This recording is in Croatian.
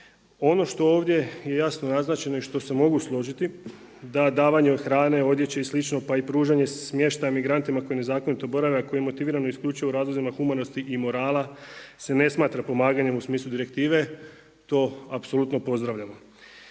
Ono što ovdje je jasno naznačeno i što se mogu složiti da davanje hrane, odječe i slično, pa i pružanje smještaja migrantima koji nezakonito borave a koje je motivirano isključivo razlozima humanosti i morala se ne smatra pomaganjem u smislu direktive to apsolutno pozdravljamo.